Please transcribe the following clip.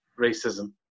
racism